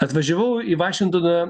atvažiavau į vašingtoną